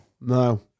no